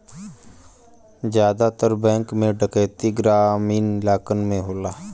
जादातर बैंक में डैकैती ग्रामीन इलाकन में होला